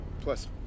Plus